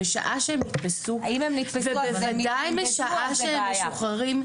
משעה שהם נתפסו ובוודאי בשעה שהם משוחררים,